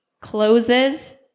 closes